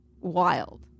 wild